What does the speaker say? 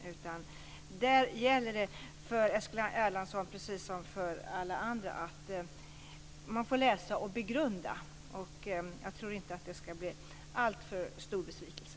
Där gäller det för Eskil Erlandsson, precis som för alla andra, att man får läsa och begrunda. Jag tror inte att det skall bli en alltför stor besvikelse.